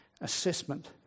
assessment